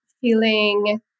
feeling